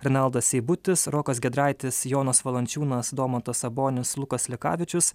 renaldas seibutis rokas giedraitis jonas valančiūnas domantas sabonis lukas lekavičius